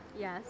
Yes